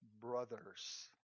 brothers